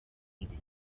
izi